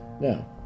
Now